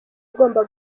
ugomba